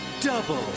double